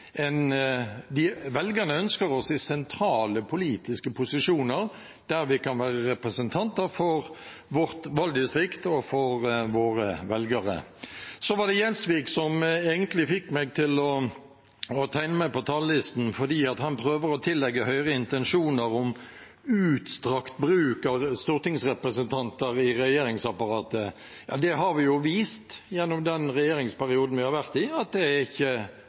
Velgerne ønsker oss inn i sentrale politiske posisjoner, der vi kan være representanter for valgdistriktene våre og velgerne våre. Representanten Gjelsvik var den som fikk meg til å tegne meg på talerlisten, for han prøver å tillegge Høyre intensjoner om utstrakt bruk av stortingsrepresentanter i regjeringsapparatet. Vi har jo vist, gjennom den regjeringsperioden vi har sittet, at det ikke er aktuelt. Det er ikke